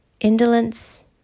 indolence